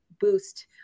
boost